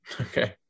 Okay